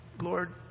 lord